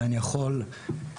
בהם אני יכול לעבוד,